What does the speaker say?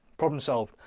problem solved.